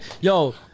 yo